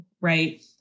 right